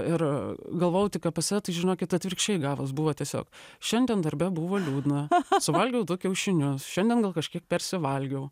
ir galvojau tik apie save tai žinokit atvirkščiai gavos buvo tiesiog šiandien darbe buvo liūdna suvalgiau du kiaušinius šiandien gal kažkiek persivalgiau